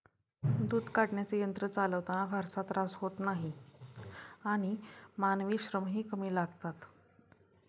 दूध काढण्याचे यंत्र चालवताना फारसा त्रास होत नाही आणि मानवी श्रमही कमी लागतात